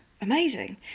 amazing